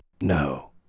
No